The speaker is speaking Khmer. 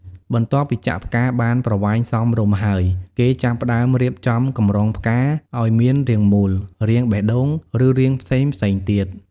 បន្ទាប់ពីចាក់ផ្កាបានប្រវែងសមរម្យហើយ គេចាប់ផ្ដើមរៀបចំកម្រងផ្កា ឲ្យមានរាងមូល រាងបេះដូង ឬរាងផ្សេងៗទៀត។